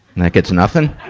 that gets nothin'?